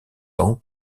ans